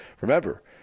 remember